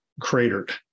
cratered